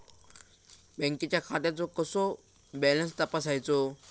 बँकेच्या खात्याचो कसो बॅलन्स तपासायचो?